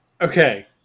Okay